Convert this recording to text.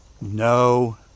No